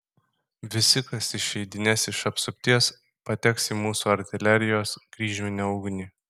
visi kas išeidinės iš apsupties pateks į mūsų artilerijos kryžminę ugnį